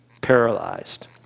paralyzed